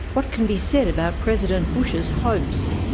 what can be said about president bush's hopes?